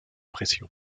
pression